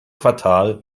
quartal